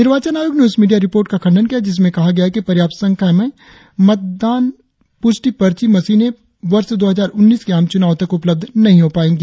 निर्वाचन आयोग ने उस मीडिया रिपोर्ट का खंडन किया है जिसमें कहा गया है कि पर्याप्त संख्या में मतदान पुष्टि पर्ची मशीने वर्ष दो हजार उन्नीस के आम चुनाव तक उपलब्ध नही हो पाएगी